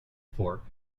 fork